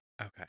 Okay